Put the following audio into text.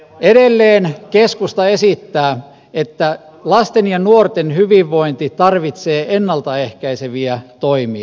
edelleen keskusta esittää että lasten ja nuorten hyvinvointi tarvitsee ennalta ehkäiseviä toimia